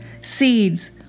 seeds